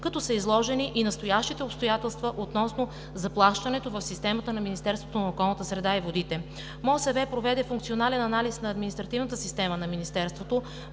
като се изложени и настоящите обстоятелства относно заплащането в системата на Министерството на околната среда и водите. МОСВ проведе функционален анализ на административната система на Министерството,